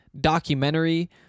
documentary